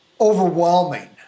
overwhelming